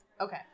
Okay